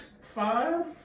Five